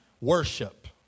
worship